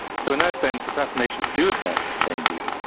so in that sense assassinations do affect changes.